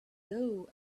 dough